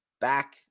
back